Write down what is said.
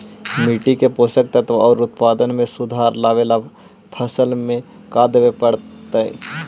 मिट्टी के पोषक तत्त्व और उत्पादन में सुधार लावे ला फसल में का देबे पड़तै तै?